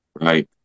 right